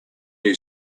new